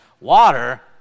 water